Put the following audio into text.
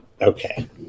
Okay